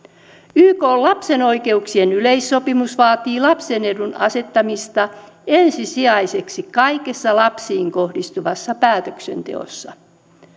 ykn lapsen oikeuksien yleissopimus vaatii lapsen edun asettamista ensisijaiseksi kaikessa lapsiin kohdistuvassa päätöksenteossa